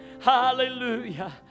Hallelujah